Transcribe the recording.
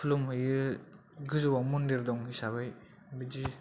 खुलुमहैयो गोजौआव मन्दिर दं हिसाबै बिदि